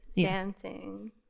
dancing